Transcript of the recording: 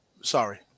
Sorry